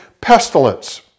pestilence